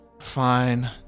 Fine